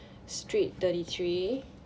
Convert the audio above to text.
street thirty three